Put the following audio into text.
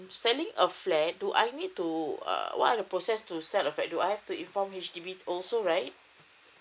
selling a flat do I need to uh what are the process to sell a flat do I have to inform H_D_B also right